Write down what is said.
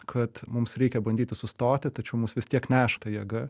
kad mums reikia bandyti sustoti tačiau mus vis tiek neša ta jėga